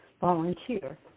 volunteer